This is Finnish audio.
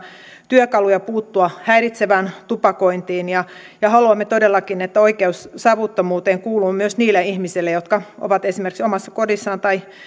työkaluja puuttua häiritsevään tupakointiin ja ja haluamme todellakin että oikeus savuttomuuteen kuuluu myös niille ihmisille jotka ovat esimerkiksi omassa kodissaan tai